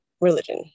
religion